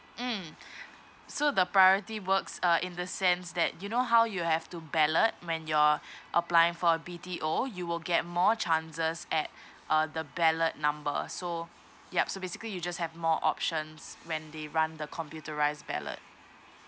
mm so the priority works uh in the sense that you know how you have to ballot when you're applying for B_T_O you will get more chances at uh the ballot number so yup so basically you just have more options when they run the computerized ballot